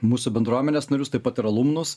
mūsų bendruomenės narius taip pat ir alumnus